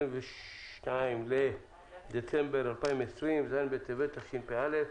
היום 22 בדצמבר 2020, ז' בטבת התשפ"א.